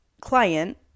client